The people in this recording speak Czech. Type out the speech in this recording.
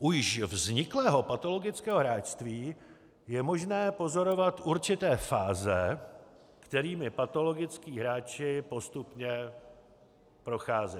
U již vzniklého patologického hráčství je možné pozorovat určité fáze, kterými patologičtí hráči postupně procházejí.